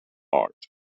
art